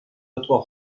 autres